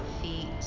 feet